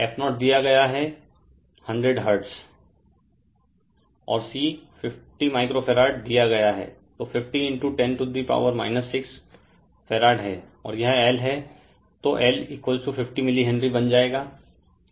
Refer Slide Time 1024 और C 50 micro farad दिया गया हैं तो 5010 6 फैरड हैं और यह L है तो L 50 मिली हेनरी बन जाएगा रेफेर टाइम 1030